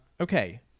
Okay